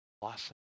blossom